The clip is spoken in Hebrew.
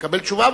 ונקבל תשובה,